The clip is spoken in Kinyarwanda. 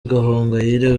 gahongayire